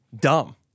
Dumb